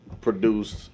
produced